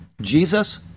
Jesus